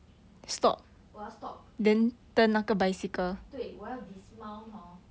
我要 stop 对我要 dismount hor